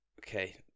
Okay